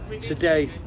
Today